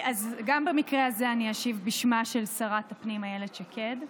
אז גם במקרה הזה אני אשיב בשמה של שרת הפנים אילת שקד.